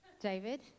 David